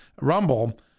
Rumble